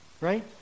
Right